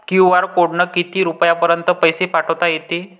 QR कोडनं किती रुपयापर्यंत पैसे पाठोता येते?